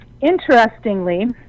interestingly